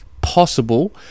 possible